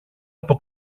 από